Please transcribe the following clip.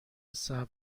صبر